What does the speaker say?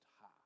High